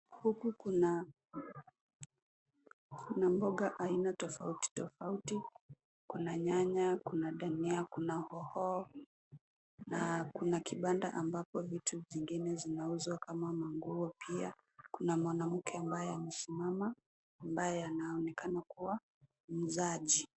Huku kuna mboga aina tofauti tofauti. Kuna nyanya, kuna dania, kuna hoho na kuna kibanda ambapo vitu vingine vinauzwa kama manguo pia. Kuna mwanamke ambaye amesimama, ambaye anaonekana kuwa muuzaji.